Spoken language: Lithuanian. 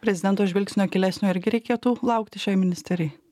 prezidento žvilgsnio akylesnio irgi reikėtų laukti šiai ministerijai